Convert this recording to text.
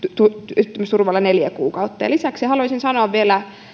työttömyysturvalla neljä kuukautta lisäksi haluaisin sanoa vielä